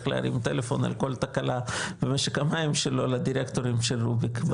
להרים טלפון על כל תקלה במשק המים שלו לדירקטורים של רוביק.